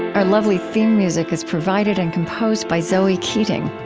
our lovely theme music is provided and composed by zoe keating.